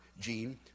gene